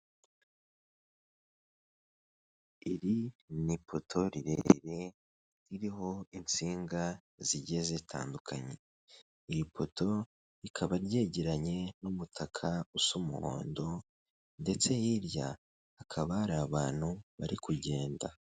Iri ni ipoto rirere ririho insinga zigiye zitandukanye iyi poto rikaba ryegeranye n'umutaka usa umuhondo ndetse hirya hakaba hari abantu bari kugenda.